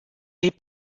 les